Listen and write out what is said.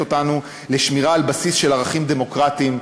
אותנו לשמירה על בסיס של ערכים דמוקרטיים,